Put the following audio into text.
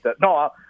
no